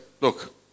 look